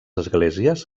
esglésies